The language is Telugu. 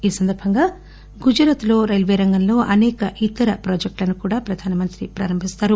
ఈ సందర్బంగా గుజరాత్లో రైల్వే రంగంలో అసేక ఇతర ప్రాజెక్టులను కూడా ప్రధాన మంత్రి ప్రారంభిస్తారు